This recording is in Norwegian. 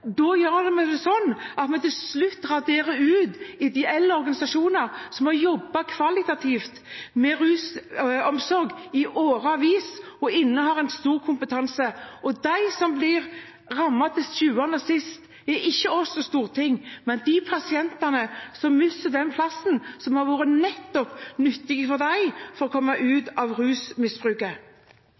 Da gjør vi det sånn at vi til slutt raderer ut ideelle organisasjoner som har jobbet kvalitativt med rusomsorg i årevis og innehar stor kompetanse. De som til sjuende og sist blir rammet, er ikke vi på Stortinget, men de pasientene som mister den plassen som har vært nyttig for dem for å komme ut av rusmisbruket.